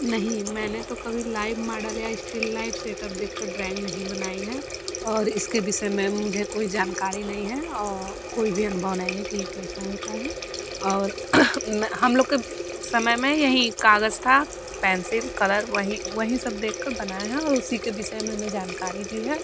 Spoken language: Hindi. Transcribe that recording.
नहीं मैंने तो कभी लाइभ माडल या इश्टील लाइभ सेटअप देखकर ड्राइंग नहीं बनाई है और इसके विषय में मुझे कोई जानकारी नहीं है कोई भी अनुभव नहीं है कि यह कैसा होता है और मैं हम लोग के समय में यहीं कागज़ था पेंसिल कलर वही वहीं सब देखकर बनाया है और उसी के विषय में हमें जानकारी भी है